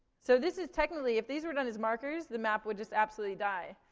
so this is technically if these were done as markers, the map would just absolutely die,